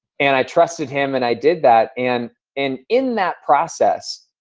and i trusted him and i did that. and in in that process,